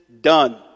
done